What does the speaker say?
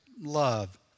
love